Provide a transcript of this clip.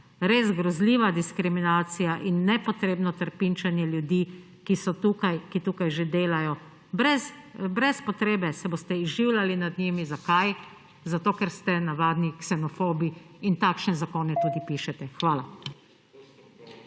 res grozljiva diskriminacija in nepotrebno trpinčenje ljudi, ki tukaj že delajo, brez potrebe se boste izživljali nad njimi. Zakaj? Zato, ker ste navadni ksenofobi in takšne zakone tudi pišete. Hvala.